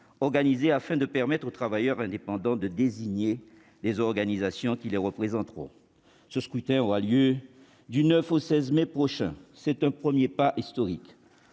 organisée afin de permettre aux travailleurs indépendants de désigner les organisations qui les représenteront. Ce scrutin aura lieu du 9 au 16 mai prochain. C'est un premier pas historique.